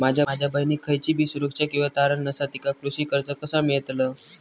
माझ्या बहिणीक खयचीबी सुरक्षा किंवा तारण नसा तिका कृषी कर्ज कसा मेळतल?